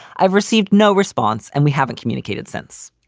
i've received no response and we haven't communicated since.